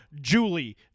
Julie